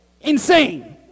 Insane